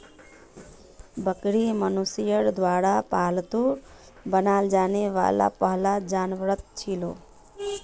बकरी मनुष्यर द्वारा पालतू बनाल जाने वाला पहला जानवरतत छिलो